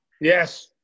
Yes